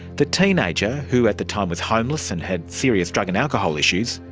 the teenager, who at the time was homeless and had serious drug and alcohol issues,